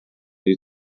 you